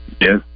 Yes